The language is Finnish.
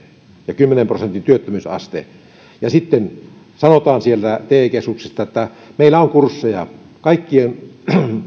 ja kymmenen prosentin työttömyysaste sitten sanotaan sieltä te keskuksesta että meillä on kursseja ja että kaikkien